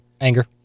Anger